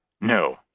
No